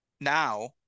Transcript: now